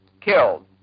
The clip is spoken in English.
killed